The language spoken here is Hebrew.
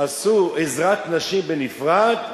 עשו עזרת נשים בנפרד,